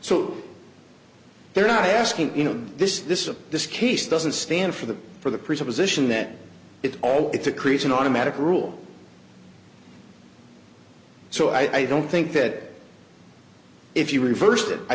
so they're not asking you know this this is a this case doesn't stand for the for the presupposition that it's all it's a crease an automatic rule so i don't think that if you reversed it i